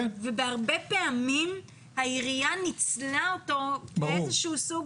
הרבה פעמים העירייה ניצלה אותו כאיזשהו סוג